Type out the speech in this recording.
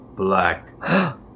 black